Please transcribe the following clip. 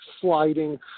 sliding